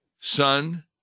son